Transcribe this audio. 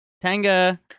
Tanga